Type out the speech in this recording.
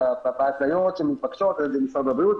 בהתניות שמתבקשות על-ידי משרד הבריאות,